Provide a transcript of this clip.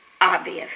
obvious